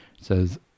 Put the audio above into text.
Says